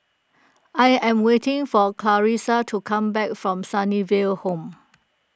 I am waiting for Clarisa to come back from Sunnyville Home